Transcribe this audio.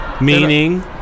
Meaning